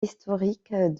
historique